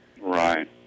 right